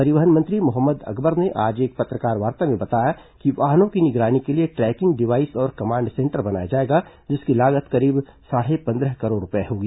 परिवहन मंत्री मोहम्मद अकबर ने आज एक पत्रकारवार्ता में बताया कि वाहनों की निगरानी के लिए ट्रैकिंग डिवाइस और कमांड सेंटर बनाया जाएगा जिसकी लागत करीब साढ़े पंद्रह करोड़ रूपये होगी